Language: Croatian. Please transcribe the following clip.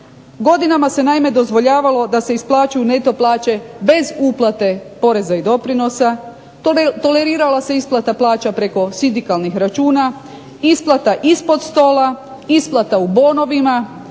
Godinama se naime dozvoljavalo da se isplaćuju neto plaće bez uplate poreza i doprinosa, tolerirala se isplata plaća preko sindikalnih računa, isplata ispod stola, isplata u bonovima